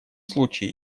случае